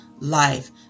life